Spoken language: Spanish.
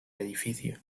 edificio